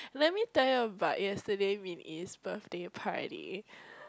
let me tell you about yesterday Min-Yi's birthday party